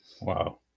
Wow